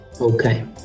Okay